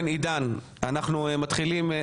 אנחנו מתחילים.